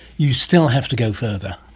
you still have to go further?